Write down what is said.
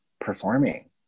performing